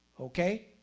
Okay